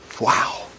Wow